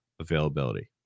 availability